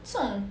这种